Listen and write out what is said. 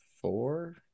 four